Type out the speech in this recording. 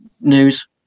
news